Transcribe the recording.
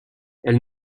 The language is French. elle